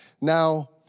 Now